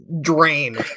drain